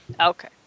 Okay